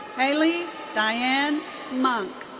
halie diane monk.